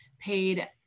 paid